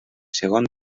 segon